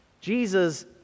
Jesus